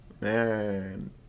man